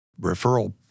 referral